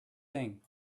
thing